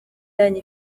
yanyu